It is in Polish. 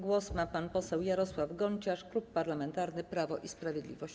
Głos ma pan poseł Jarosław Gonciarz, Klub Parlamentarny Prawo i Sprawiedliwość.